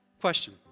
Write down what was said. Question